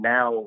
Now